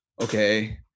okay